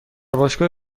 باشگاه